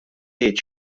jgħid